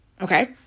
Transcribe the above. Okay